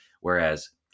whereas